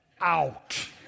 out